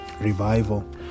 Revival